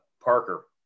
Parker